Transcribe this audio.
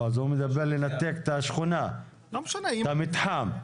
הוא מדבר לנתק את השכונה, את המתחם.